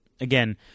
again